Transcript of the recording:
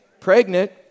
Pregnant